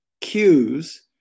cues